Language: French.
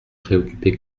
préoccupé